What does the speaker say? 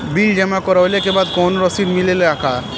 Bill जमा करवले के बाद कौनो रसिद मिले ला का?